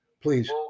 please